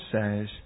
says